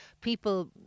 people